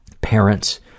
parents